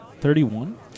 Thirty-one